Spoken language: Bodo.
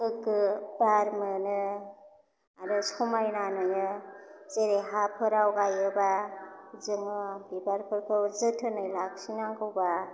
गोग्गो बार मोनो आरो समायना नुयो जेरै हाफोराव गायोबा जोङो बिबारफोरखौ जोथोनै लाखिनांगौबा